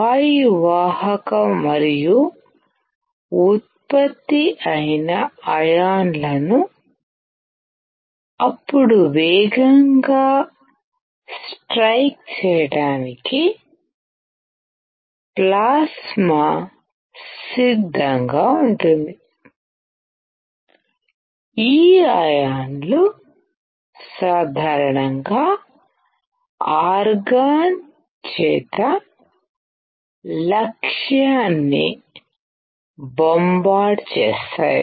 వాయు వాహక మరియు ఉత్పత్తి అయిన అయాన్లను అప్పుడు వేగంగా స్ట్రైక్ చేయడానికి ప్లాస్మా సిద్ధంగా ఉంటుంది ఈ అయాన్లు సాధారణంగా ఆర్గాన్ చేత లక్ష్యాన్ని బొంబార్డ్ చేస్తాయి